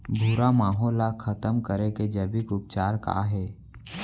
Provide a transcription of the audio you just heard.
भूरा माहो ला खतम करे के जैविक उपचार का हे?